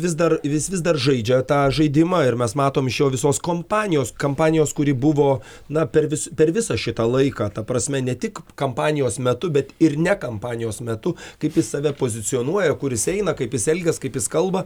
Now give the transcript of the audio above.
vis dar jis vis dar žaidžia tą žaidimą ir mes matom iš jo visos kompanijos kampanijos kuri buvo na per vis per visą šitą laiką ta prasme ne tik kampanijos metu bet ir ne kampanijos metu kaip jis save pozicionuoja kuris jis eina kaip jis elgias kaip jis kalba